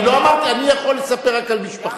אני יכול לספר רק על משפחתי.